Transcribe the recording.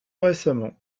récemment